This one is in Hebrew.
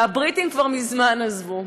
והבריטים כבר מזמן עזבו,